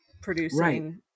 producing